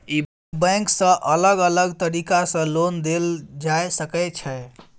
ई bank सँ अलग अलग तरीका सँ लोन देल जाए सकै छै